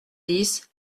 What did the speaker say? dix